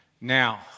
Now